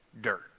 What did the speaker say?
dirt